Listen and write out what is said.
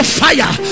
fire